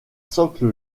socle